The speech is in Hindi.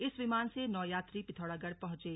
इस विमान से नौ यात्री पिथौरागढ़ पहुंचे